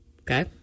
okay